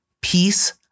Peace